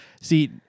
See